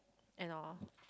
and or